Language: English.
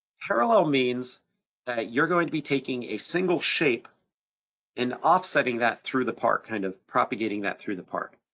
parallel means that you're going to be taking a single shape and offsetting that through the part, kind of propagating that through the part.